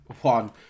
one